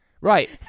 Right